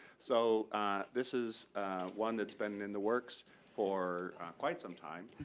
so this is one that's been in the works for quite some time,